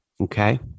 Okay